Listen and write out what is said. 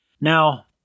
Now